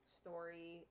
story